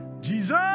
Jesus